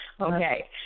Okay